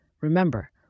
Remember